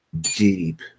deep